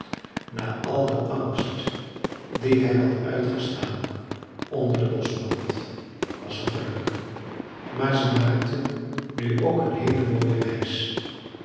na al den angst dien hij had uitgestaan onder den boschbrand was een geluk maar ze maakten nu ook een heele mooie reis